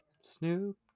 Snoop